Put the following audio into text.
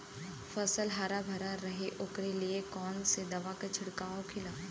फसल हरा भरा रहे वोकरे लिए कौन सी दवा का छिड़काव होखेला?